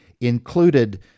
included